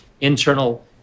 internal